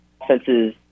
offenses